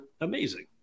amazing